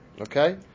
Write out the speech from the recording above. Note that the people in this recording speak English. okay